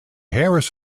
harris